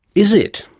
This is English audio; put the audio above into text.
is it?